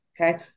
okay